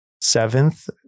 Seventh